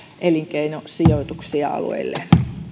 elinkeinosijoituksia alueilleen